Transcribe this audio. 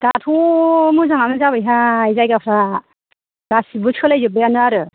दाथ' मोजाङानो जाबायहाय जायगाफ्रा गासिबो सोलाय जोब्बायानो आरो